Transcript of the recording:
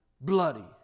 bloody